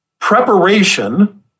preparation